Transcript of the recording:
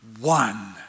one